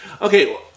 Okay